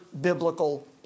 biblical